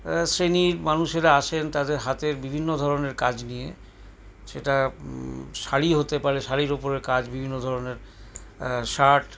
শ্রেণীর মানুষেরা আসেন তাদের হাতের বিভিন্ন ধরনের কাজ নিয়ে সেটা শাড়ি হতে পারে শাড়ির উপরে কাজ বিভিন্ন ধরনের শার্ট